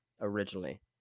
originally